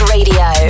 Radio